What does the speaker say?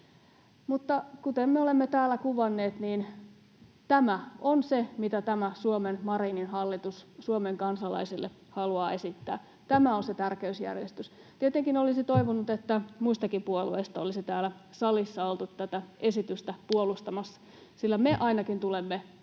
Mutta kuten me olemme täällä kuvanneet, niin tämä on se, mitä tämä Suomen, Marinin hallitus Suomen kansalaisille haluaa esittää. Tämä on se tärkeysjärjestys. Tietenkin olisin toivonut, että muistakin puolueista olisi täällä salissa oltu tätä esitystä puolustamassa, sillä me ainakin tulemme